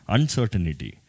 Uncertainty